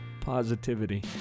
Positivity